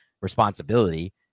responsibility